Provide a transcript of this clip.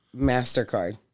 MasterCard